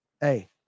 Hey